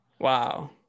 wow